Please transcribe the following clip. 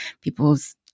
people's